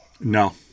No